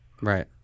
Right